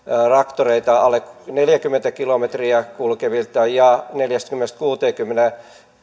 alle neljäkymmentä kilometriä tunnissa kulkevia ja neljäkymmentä viiva kuusikymmentä